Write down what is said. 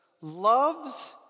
loves